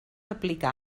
aplicar